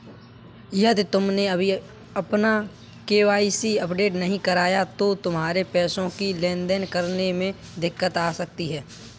यदि तुमने अभी अपना के.वाई.सी अपडेट नहीं करवाया तो तुमको पैसों की लेन देन करने में दिक्कत आ सकती है